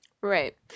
Right